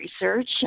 research